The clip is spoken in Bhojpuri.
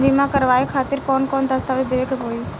बीमा करवाए खातिर कौन कौन दस्तावेज़ देवे के होई?